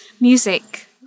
music